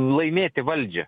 laimėti valdžią